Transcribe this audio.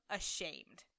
ashamed